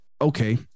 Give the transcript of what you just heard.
okay